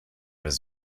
his